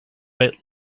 bit